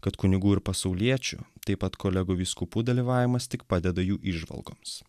kad kunigų ir pasauliečių taip pat kolegų vyskupų dalyvavimas tik padeda jų įžvalgoms